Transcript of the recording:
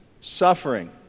suffering